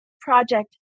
project